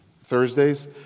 Thursdays